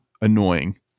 annoying